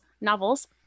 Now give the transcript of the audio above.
novels